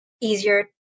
easier